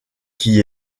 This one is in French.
qui